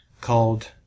called